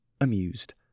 amused